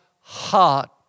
heart